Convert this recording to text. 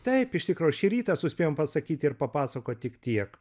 taip iš tikro šį rytą suspėjom pasakyt ir papasakot tik tiek